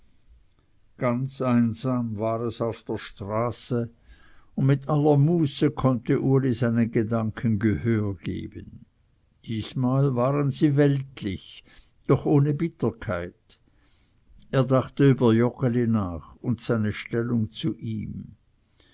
ganz einsam war es auf der straße und mit aller muße konnte uli seinen gedanken gehör geben diesmal waren sie weltlich doch ohne bitterkeit er dachte über joggeli nach und seine stellung zu ihm